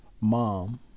Mom